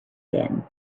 din